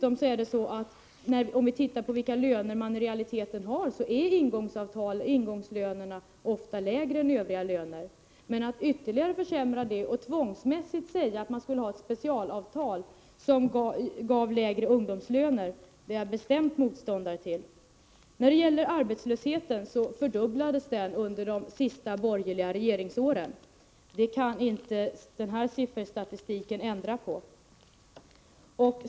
Om vi ser på vilka löner man i realiteten har finner vi att ingångslönerna ofta är lägre än övriga löner, men att ytterligare försämra ungdomslönerna med ett specialavtal som tvångsmässigt ger lägre ungdomslöner är jag bestämd motståndare till. Arbetslösheten fördubblades under de sista borgerliga regeringsåren. Det kan inte den här sifferexercisen ändra på.